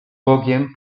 bogiem